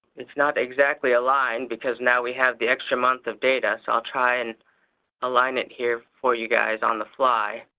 not exactly aligned because now we have the extra month of data. so i'll try and align it here for you guys on the fly.